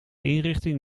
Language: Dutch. inrichting